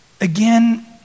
again